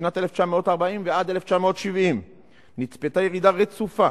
משנת 1940 ועד 1970 נצפתה ירידה רצופה